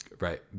Right